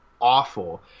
awful